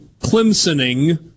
Clemsoning